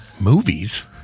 movies